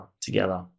together